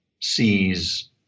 sees